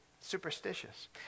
Superstitious